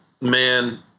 Man